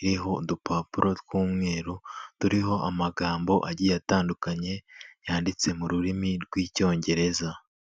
iriho udupapuro tw'umweru turiho amagambo agiye atandukanye yanditse mu rurimi rw'icyongereza.